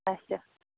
اَچھا